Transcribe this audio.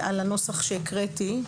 על הנוסח שהקראתי.